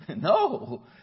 No